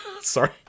Sorry